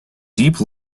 deep